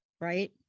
right